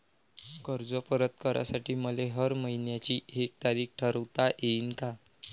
कर्ज परत करासाठी मले हर मइन्याची एक तारीख ठरुता येईन का?